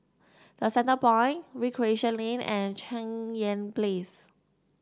The Centrepoint Recreation Lane and Cheng Yan Place